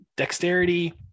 Dexterity